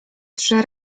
trzy